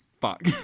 fuck